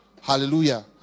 hallelujah